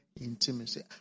intimacy